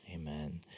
Amen